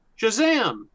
Shazam